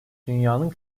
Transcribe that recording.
dünyanın